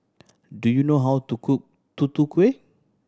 do you know how to cook Tutu Kueh